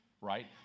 right